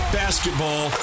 basketball